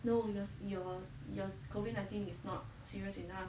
no yours your your COVID nineteen is not serious enough